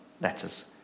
letters